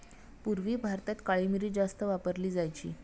पूर्वी भारतात काळी मिरी जास्त वापरली जायची